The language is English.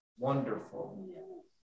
wonderful